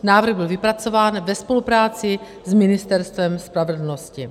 Návrh byl vypracován ve spolupráci s Ministerstvem spravedlnosti.